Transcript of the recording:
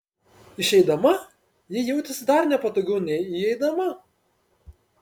išeidama ji jautėsi dar nepatogiau nei įeidama